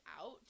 out